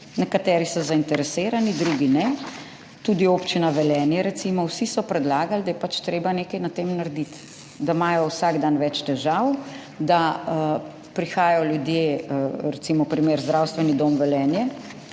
nekateri so zainteresirani, drugi ne, tudi Mestna občina Velenje, recimo, vsi so predlagali, da je pač treba nekaj na tem narediti, da imajo vsak dan več težav, da prihajajo ljudje, recimo primer Zdravstvenega doma Velenje,